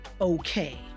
okay